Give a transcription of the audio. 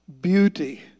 beauty